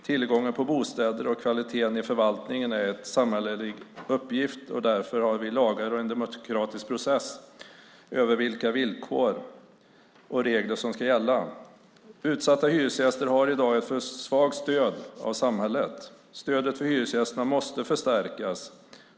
Tillgången på bostäder och kvaliteten i förvaltningen är en samhällelig uppgift. Därför har vi lagar och en demokratisk process i fråga om vilka villkor och regler som ska gälla. Utsatta hyresgäster har i dag ett för svagt stöd från samhället. Stödet för hyresgästerna måste förstärkas.